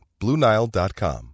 BlueNile.com